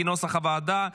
כנוסח הוועדה,